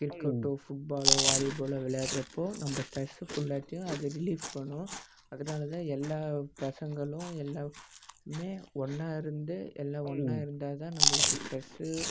கிரிக்கெட்டோ ஃபுட்பாலோ வாலிபாலோ விளையாட்றப்போ நம்ம ஸ்ட்ரெஸ்ஸு ஃபுல்லாத்தையும் அது ரிலிஃப் பண்ணும் அதனால தான் எல்லா பசங்களும் எல்லாமே ஒன்னாக இருந்து எல்லாம் ஒன்னாக இருந்தா தான் நம்மளுக்கு ஸ்ட்ரெஸ்ஸு